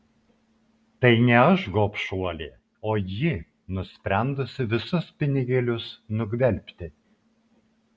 tai ne aš gobšuolė o ji nusprendusi visus pinigėlius nugvelbti